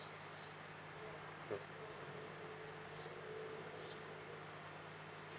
yes